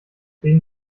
wegen